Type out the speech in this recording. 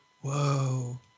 whoa